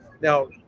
Now